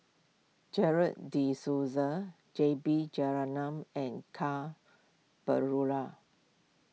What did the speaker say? Gerald De Cruz J B Jeyaretnam and Ka Perumal